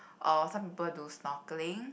or some people do snorkeling